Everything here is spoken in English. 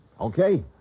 Okay